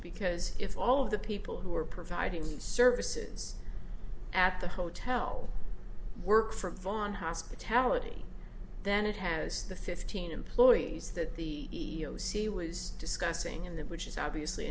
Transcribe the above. because if all of the people who are providing services at the hotel work for vaughan hospitality then it has the fifteen employees that the sea was discussing in that which is obviously